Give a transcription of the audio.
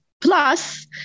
Plus